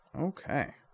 Okay